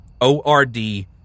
O-R-D